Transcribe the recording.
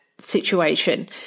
situation